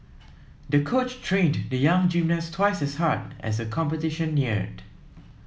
the coach trained the young gymnast twice as hard as the competition neared